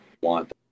want